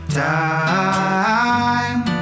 time